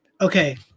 Okay